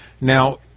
Now